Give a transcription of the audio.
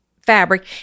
fabric